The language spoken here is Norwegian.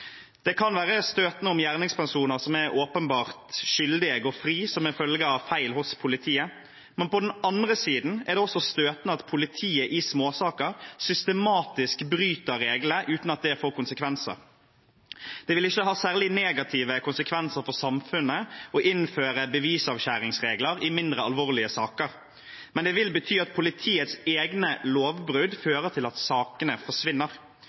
Det kan være støtende om gjerningspersoner som åpenbart er skyldige, går fri som følge av feil hos politiet, men på den andre siden er det også støtende at politiet i småsaker systematisk bryter reglene uten at det får konsekvenser. Det vil ikke ha særlig negative konsekvenser for samfunnet å innføre bevisavskjæringsregler i mindre alvorlige saker, men det vil bety at politiets egne lovbrudd fører til at sakene forsvinner.